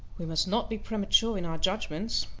we must not be premature in our judgments.